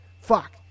Fuck